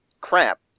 crap